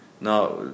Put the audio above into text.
Now